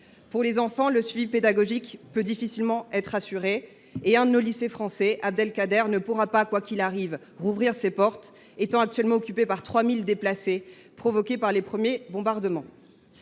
Pour les enfants, le suivi pédagogique peut difficilement être assuré. Un de nos lycées français, à savoir le lycée Abdel Kader, ne pourra pas, quoi qu’il arrive, rouvrir ses portes, puisqu’il est actuellement occupé par 3 000 déplacés ayant fui les premiers bombardements.